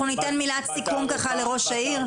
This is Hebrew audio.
אנחנו ניתן מילת סיכום לראש העיר.